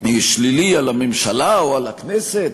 שלילי על הממשלה או על הכנסת?